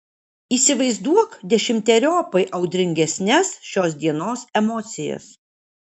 įsivaizduok dešimteriopai audringesnes šios dienos emocijas